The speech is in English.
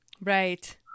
Right